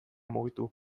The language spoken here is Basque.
mugitu